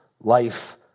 life